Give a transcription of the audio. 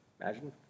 Imagine